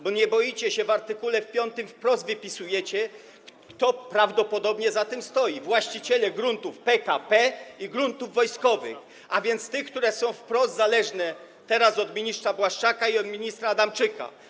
Bo nie boicie się i w art. 5 wprost wypisujecie, kto prawdopodobnie za tym stoi: właściciele gruntów PKP i gruntów wojskowych, a więc tych, które teraz są wprost zależne od ministra Błaszczaka i od ministra Adamczyka.